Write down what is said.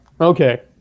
Okay